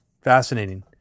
fascinating